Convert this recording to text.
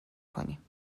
کنیم